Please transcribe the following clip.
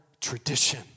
tradition